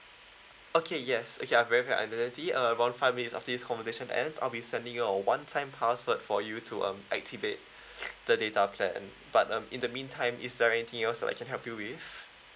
okay yes okay I've verify your identity uh about five minutes after this conversation end I'll be sending you a one time password for you to um activate the data plan but um in the mean time is there anything else I can help you with